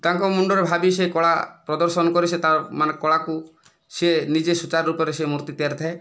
ତାଙ୍କ ମୁଣ୍ଡରେ ଭାବି ସେ କଳା ପ୍ରଦର୍ଶନ କରି ସେ ତା ମାନେ କଳାକୁ ସିଏ ନିଜେ ସୂଚାରୁ ରୂପରେ ସିଏ ମୂର୍ତ୍ତି ତିଆରିଥାଏ